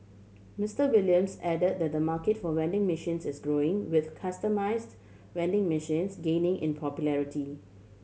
Mister Williams added that the market for vending machines is growing with customised vending machines gaining in popularity